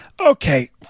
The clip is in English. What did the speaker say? okay